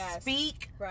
speak